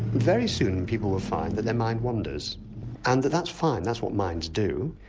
very soon people will find that their mind wanders and that's fine, that's what minds do.